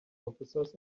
officers